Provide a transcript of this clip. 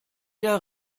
der